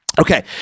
Okay